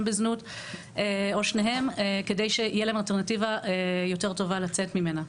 בזנות או שניהם כדי שיהיה להן אלטרנטיבה יותר טובה לצאת ממנה.